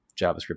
JavaScript